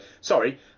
sorry